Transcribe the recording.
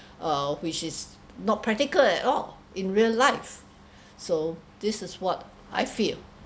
uh) which is not practical at all in real life so this is what I feel